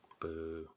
Boo